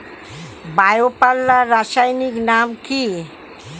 Bio পাল্লার রাসায়নিক নাম কি?